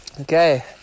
Okay